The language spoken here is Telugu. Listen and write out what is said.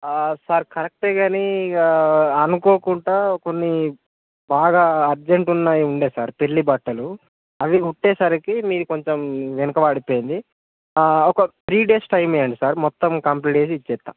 సార్ కరెక్టే కానీ అనుకోకుండా కొన్ని బాగా అర్జంట్ ఉన్నవి ఉన్నాయి సార్ పెళ్ళి బట్టలు అవి కుట్టేసరికి మీది కొంచెం వెనకబడిపోయింది ఒక త్రి డేస్ టైం ఇవ్వండి సార్ మొత్తం కంప్లీట్ చేసి ఇచ్చేస్తాను